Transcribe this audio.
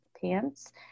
pants